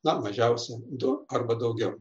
na mažiausiai du arba daugiau